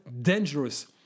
dangerous